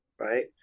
right